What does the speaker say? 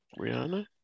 Rihanna